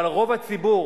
אבל רוב הציבור,